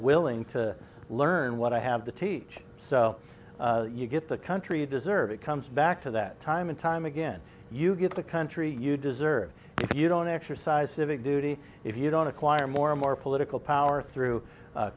willing to learn what i have to teach so you get the country you deserve it comes back to that time and time again you get the country you deserve if you don't exercise civic duty if you don't acquire more and more political power